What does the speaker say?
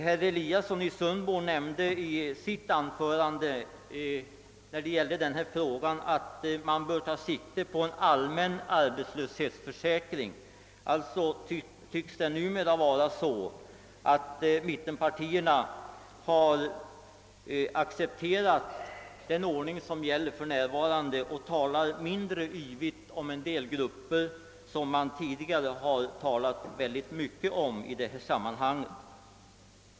Herr Eliasson i Sundborn nämnde i sitt anförande om denna fråga att man bör sträva mot en allmän arbetslöshetsförsäkring. Alltså tycks numera mittenpartierna ha accepterat den ordning som gäller för närvarande och talar mindre ivrigt om en del grupper som de tidigare ordat mycket om i detta sammanhang.